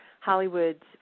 Hollywood